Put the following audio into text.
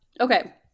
okay